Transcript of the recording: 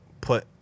put